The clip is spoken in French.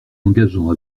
engageant